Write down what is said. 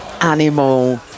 animal